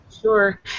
sure